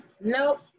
nope